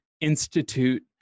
institute